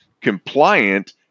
compliant